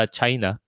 China